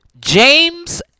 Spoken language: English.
James